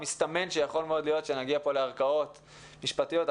מסתמן שיכול מאוד להיות שנגיע פה לערכאות משפטיות,